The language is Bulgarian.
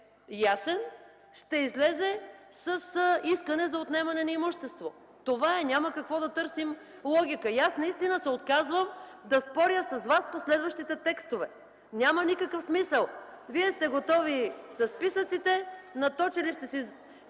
ясен), ще излезе с искане за отнемане на имущество. Това е! Няма какво да търсим логика? И аз се отказвам да споря с Вас по следващите текстове. Няма никакъв смисъл! Вие сте готови със списъците, наточили сте си